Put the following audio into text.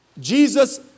Jesus